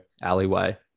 alleyway